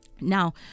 Now